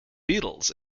beatles